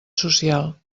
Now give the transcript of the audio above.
social